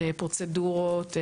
פרוצדורות,